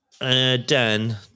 Dan